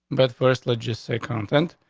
but first logistic content.